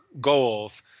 goals